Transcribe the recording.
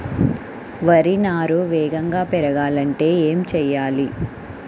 వరి నారు వేగంగా పెరగాలంటే ఏమి చెయ్యాలి?